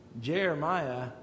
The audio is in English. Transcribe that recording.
Jeremiah